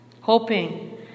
hoping